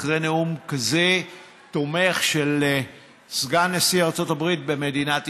אחרי נאום כזה תומך של סגן נשיא ארצות הברית במדינת ישראל.